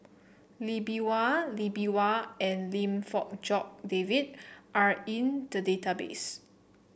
Lee Bee Wah Lee Bee Wah and Lim Fong Jock David are in the database